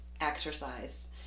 exercise